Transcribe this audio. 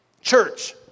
Church